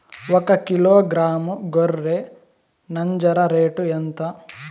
ఒకకిలో గ్రాము గొర్రె నంజర రేటు ఎంత?